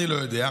אני לא יודע.